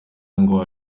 ngo